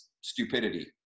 stupidity